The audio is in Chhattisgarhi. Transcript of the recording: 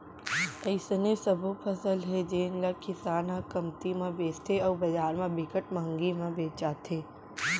अइसने सबो फसल हे जेन ल किसान ह कमती म बेचथे अउ बजार म बिकट मंहगी म बेचाथे